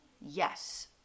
Yes